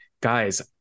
guys